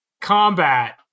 combat